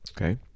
Okay